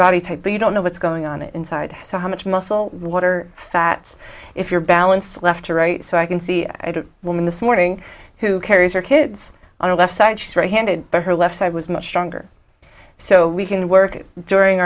body type but you don't know what's going on inside so how much muscle water fats if your balance left to right so i can see when this morning who carries her kids on the left side she's right handed but her left side was much stronger so we can work during